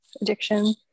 addiction